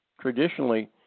traditionally